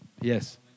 Yes